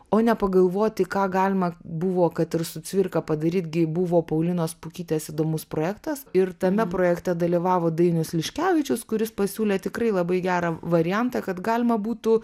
o ne pagalvoti ką galima buvo kad ir su cvirka padaryt gi buvo paulinos pukytės įdomus projektas ir tame projekte dalyvavo dainius liškevičius kuris pasiūlė tikrai labai gerą variantą kad galima būtų